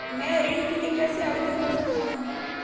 मैं ऋण के लिए कैसे आवेदन कर सकता हूं?